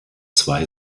zwei